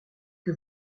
que